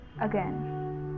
again